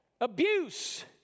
abuse